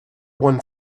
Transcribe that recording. one